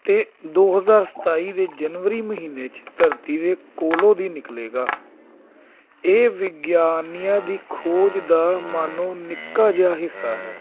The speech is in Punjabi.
ਅਤੇ ਦੋ ਹਜ਼ਾਰ ਸਤਾਈ ਦੇ ਜਨਵਰੀ ਮਹੀਨੇ 'ਚ ਧਰਤੀ ਦੇ ਕੋਲੋਂ ਦੀ ਨਿਕਲੇਗਾ ਇਹ ਵਿਗਿਆਨੀਆਂ ਦੀ ਖੋਜ ਦਾ ਮਾਨੋ ਨਿੱਕਾ ਜਿਹਾ ਹਿੱਸਾ ਹੈ